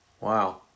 Wow